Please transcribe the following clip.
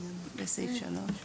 מאסר שנה או קנס.